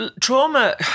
trauma